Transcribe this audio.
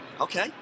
Okay